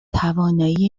توانایی